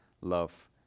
love